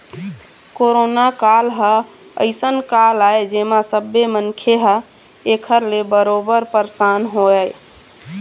corona काल ह अइसन काल आय जेमा सब्बे मनखे ह ऐखर ले बरोबर परसान हवय